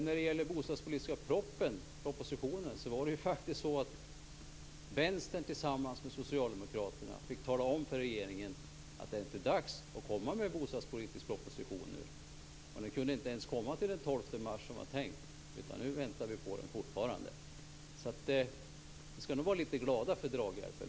När det gäller den bostadspolitiska propositionen var det faktiskt så att Vänstern tillsammans med Socialdemokraterna fick tala om för regeringen att det nu är dags att komma med en bostadspolitisk proposition. Den kunde dock inte framläggas till den 12 mars, som det var tänkt, utan vi väntar fortfarande på den. Ni skall nog också vara litet glada för draghjälpen.